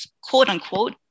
quote-unquote